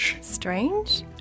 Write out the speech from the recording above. Strange